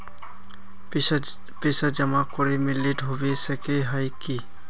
पैसा जमा करे में लेट होबे सके है की?